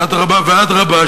אדרבה ואדרבה,